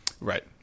right